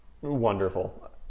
wonderful